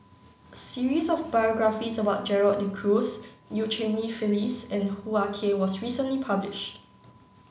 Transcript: a series of biographies about Gerald De Cruz Eu Cheng Li Phyllis and Hoo Ah Kay was recently published